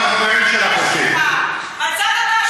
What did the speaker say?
כשאין תשובות,